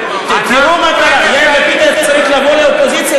תראו מה קרה: יאיר לפיד היה צריך לבוא לאופוזיציה